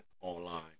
online